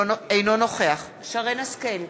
אינו נוכח שרן השכל,